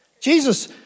Jesus